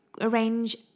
arrange